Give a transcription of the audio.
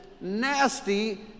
nasty